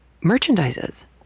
merchandises